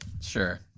sure